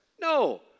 No